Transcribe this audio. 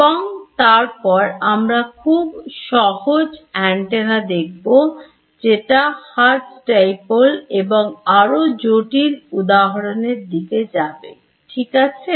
এবং তারপর আমরা খুব সহজ অ্যান্টেনা দেখব যেটা Hertz Dipole এবং আরো জটিল উদাহরণ এর দিকে যাব ঠিক আছে